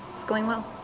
it's going well.